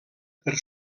per